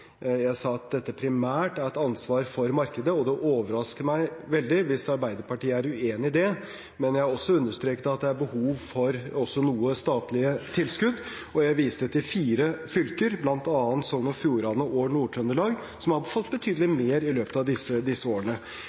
Jeg sa at dette primært er et ansvar for markedet, og det overrasker meg veldig hvis Arbeiderpartiet er uenig i det. Men jeg understreket at det også er behov for noe statlig tilskudd, og jeg viste til fire fylker, bl.a. Sogn og Fjordane og Nord-Trøndelag, som har fått betydelig mer i løpet av disse årene.